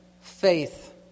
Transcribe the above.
faith